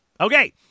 Okay